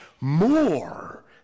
more